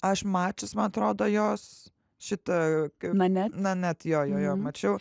aš mačius man atrodo jos šitą na net na net jo jo jo mačiau